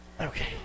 okay